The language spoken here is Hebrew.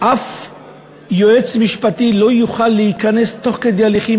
שום יועץ משפטי לא יוכל להיכנס תוך כדי הליכים